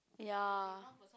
ya